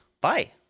Bye